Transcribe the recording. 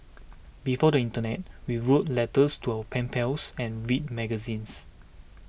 before the internet we wrote letters to our pen pals and read magazines